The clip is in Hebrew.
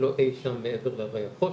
לא אי שם מעבר להרי החושך,